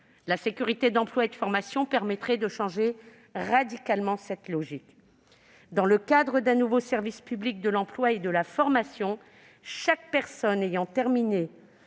La sécurité d'emploi et de formation permettrait de changer radicalement de logique. Dans le cadre d'un nouveau service public de l'emploi et de la formation, chaque personne ayant terminé